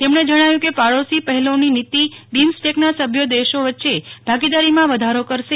તેમણે જણાવ્યું કે પાડોશી પહેલોની નીતિ બિમસ્ટેકના સભ્યો દેશો વચ્ચે ભાગીદારીમાં વધારો કરશે